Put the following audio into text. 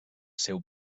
seu